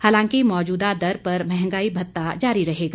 हालांकि मौजूदा दर पर मंहगाई भत्ता जारी रहेगा